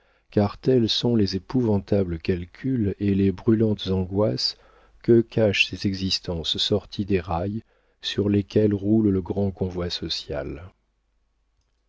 car tels sont les épouvantables calculs et les brûlantes angoisses que cachent ces existences sorties des rails sur lesquels roule le grand convoi social